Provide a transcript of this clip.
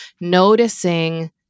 noticing